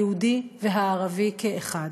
היהודי והערבי כאחד".